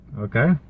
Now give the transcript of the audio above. Okay